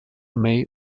may